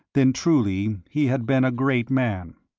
then truly he had been a great man.